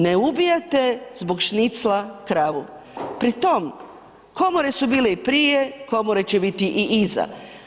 Ne ubijate zbog šnicle kravu, pri tom, komore su bile i prije, komore će biti i iza.